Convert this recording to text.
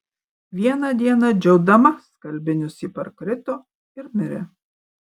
vieną dieną džiaudama skalbinius ji parkrito ir mirė